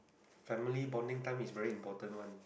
family bonding time is very important one